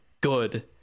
good